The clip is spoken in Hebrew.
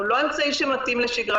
הוא לא אמצעי שמתקיים בשגרה,